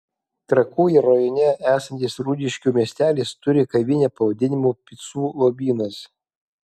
trakų rajone esantis rūdiškių miestelis turi kavinę pavadinimu picų lobynas